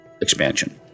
expansion